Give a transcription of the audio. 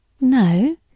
No